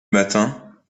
matin